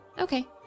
okay